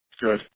Good